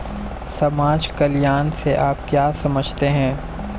समाज कल्याण से आप क्या समझते हैं?